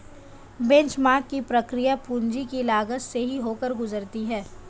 benchmark की प्रक्रिया पूंजी की लागत से ही होकर गुजरती है